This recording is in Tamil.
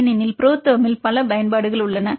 ஏனெனில் புரோதெர்மில் பல பயன்பாடுகள் உள்ளன